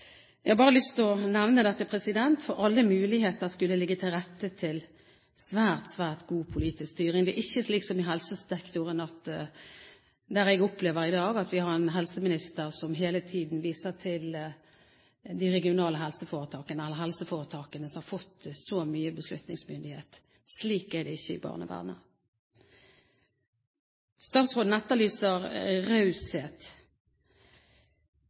Jeg har bare lyst til å nevne dette, for alle muligheter skulle ligge til rette for svært, svært god politisk styring. Det er ikke slik som i helsesektoren, der det jeg opplever i dag, er at vi har en helseminister som hele tiden viser til helseforetakene, som har fått så mye beslutningsmyndighet. Slik er det ikke i barnevernet. Statsråden etterlyser raushet.